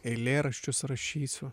eilėraščius rašysiu